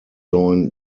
join